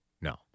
no